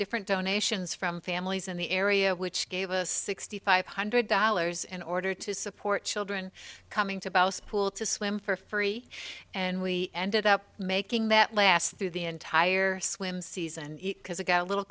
different donations from families in the area which gave a sixty five hundred dollars in order to support children coming to bow school to swim for free and we ended up making that last through the entire swim season because ago a little